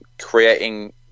Creating